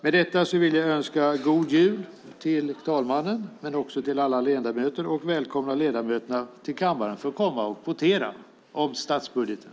Med detta vill jag önska inte bara talmannen utan också alla ledamöter god jul och välkomna ledamöterna till kammaren för att votera om statsbudgeten.